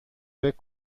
فکر